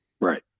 right